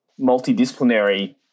multidisciplinary